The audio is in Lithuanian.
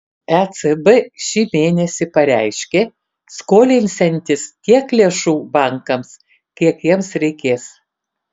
ecb šį mėnesį pareiškė skolinsiantis tiek lėšų bankams kiek jiems reikės